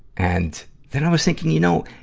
and then i was thinking, you know,